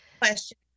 question